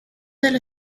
del